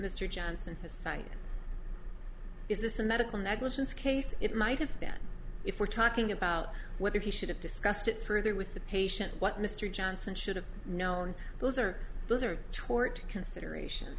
mr johnson has cited is this a medical negligence case it might have been if we're talking about whether he should have discussed it further with the patient what mr johnson should have known those are those are tort consideration